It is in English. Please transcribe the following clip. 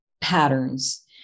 patterns